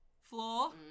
floor